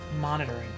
monitoring